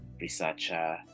researcher